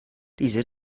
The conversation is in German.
diese